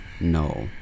No